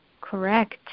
Correct